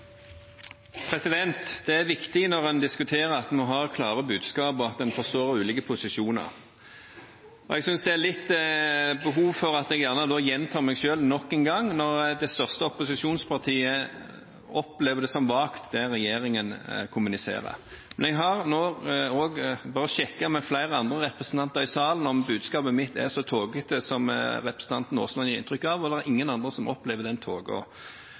er viktig når en diskuterer, at en har klare budskap, og at en forstår ulike posisjoner. Jeg synes det er litt behov for å gjenta meg selv nok en gang når det største opposisjonspartiet opplever det som vagt, det regjeringen kommuniserer. Men jeg har også sjekket med flere andre representanter i salen om budskapet mitt er så tåkete som representanten Aasland gir inntrykk av, og det er ingen andre som opplever den